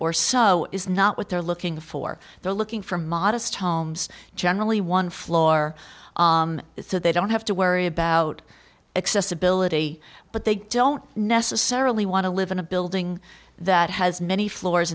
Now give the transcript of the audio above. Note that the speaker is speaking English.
or so is not what they're looking for they're looking for modest homes generally one floor so they don't have to worry about accessibility but they don't necessarily want to live in a building that has many floors